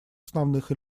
основных